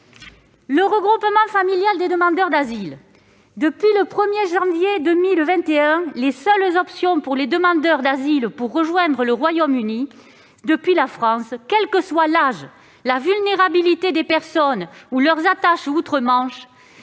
au regroupement familial des demandeurs d'asile. Depuis le 1 janvier 2021, les seules options qui s'offrent aux demandeurs d'asile pour rejoindre le Royaume-Uni depuis la France, quels que soient leur âge, leur vulnérabilité ou leurs attaches outre-Manche,